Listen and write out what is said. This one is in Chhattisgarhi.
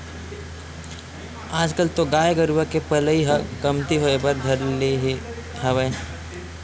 आजकल तो गाय गरुवा के पलई ह कमती होय बर धर ले हवय